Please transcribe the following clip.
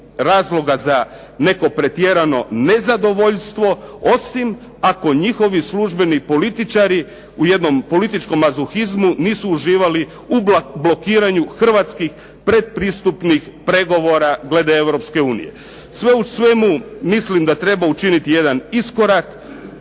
razloga za neko pretjerano nezadovoljstvo, osim ako njihovi službeni političari u jednom političkom mazohizmu nisu uživali u blokiranju hrvatskih predpristupnih pregovora glede Europske unije. Sve u svemu, mislim da treba učiniti jedan iskorak.